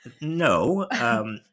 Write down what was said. no